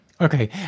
Okay